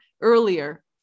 earlier